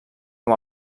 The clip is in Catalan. com